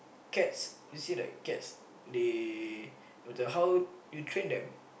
cats you see like cats they no matter how you train them